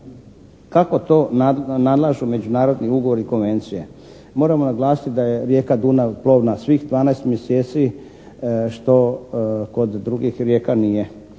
kako to nalažu međunarodni ugovori konvencije. Moramo naglasiti da je rijeka Dunav plovna svih 12 mjeseci što kod drugih rijeka nije